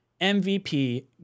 MVP